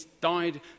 died